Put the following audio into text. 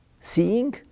seeing